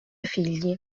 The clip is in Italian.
figli